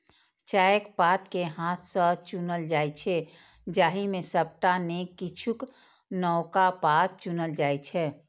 चायक पात कें हाथ सं चुनल जाइ छै, जाहि मे सबटा नै किछुए नवका पात चुनल जाइ छै